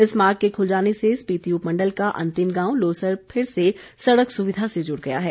इस मार्ग के खुल जाने से स्पीति उपमण्डल का अंतिम गांव लोसर फिर से सड़क सुविधा से जुड़ गया है